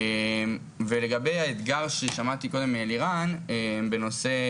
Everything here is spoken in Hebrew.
לגבי האתגר ששמעתי קודם מאלירן, בנושא